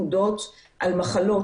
וכרגע יש לנו האטה בגלל מזג אוויר,